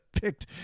Picked